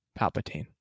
Palpatine